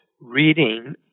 reading